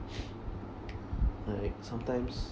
like sometimes